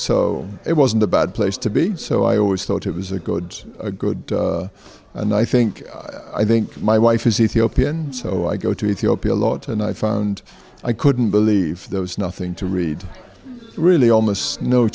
so it wasn't a bad place to be so i always thought it was a good a good and i think i think my wife is ethiopian so i go to ethiopia lot and i found i couldn't believe there was nothing to read really almost no